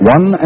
One